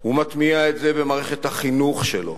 ומטמיע את זה במערכת החינוך שלו,